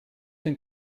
den